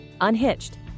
Unhitched